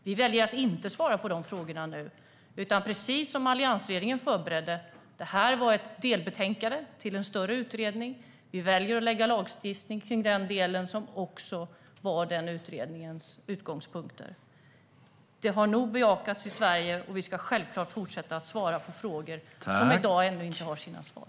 Vi väljer att inte svara på de frågorna nu, utan precis som alliansregeringen förberedde - det här var ett delbetänkande till en större utredning - väljer vi att lagstifta kring den del som också var den utredningens utgångspunkter. Det har nog bejakats i Sverige, och vi ska självklart fortsätta att svara på frågor som i dag ännu inte har sina svar.